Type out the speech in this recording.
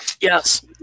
Yes